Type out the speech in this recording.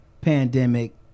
pandemic